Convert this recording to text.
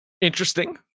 interesting